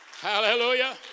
Hallelujah